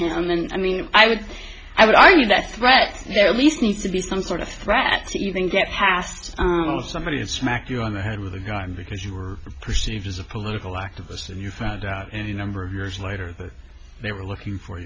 him and i mean i would i would argue that threat there at least needs to be some sort of threats even get past the somebody to smack you on the head with a gun because you were perceived as a political activist and you found out and a number of years later they were looking for